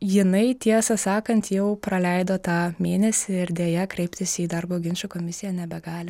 jinai tiesą sakant jau praleido tą mėnesį ir deja kreiptis į darbo ginčų komisiją nebegali